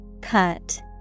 Cut